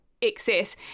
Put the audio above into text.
excess